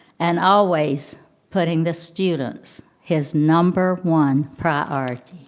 and always putting the students his number one priority.